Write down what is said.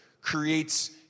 creates